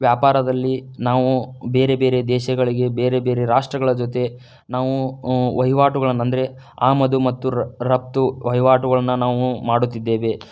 ವ್ಯಾಪಾರದಲ್ಲಿ ನಾವು ಬೇರೆ ಬೇರೆ ದೇಶಗಳಿಗೆ ಬೇರೆ ಬೇರೆ ರಾಷ್ಟ್ರಗಳ ಜೊತೆ ನಾವು ವಹಿವಾಟುಗಳನ್ನ ಅಂದರೆ ಆಮದು ಮತ್ತು ರಫ್ತು ವಹಿವಾಟುಗಳನ್ನ ನಾವು ಮಾಡುತ್ತಿದ್ದೇವೆ